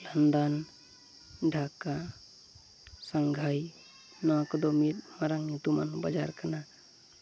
London Dhaka ᱥᱟᱝᱦᱟᱭ ᱱᱚᱣᱟ ᱠᱚᱫᱚ ᱢᱤᱫ ᱢᱟᱨᱟᱝ ᱧᱩᱛᱩᱢᱟᱱ ᱡᱟᱭᱜᱟ ᱠᱟᱱᱟ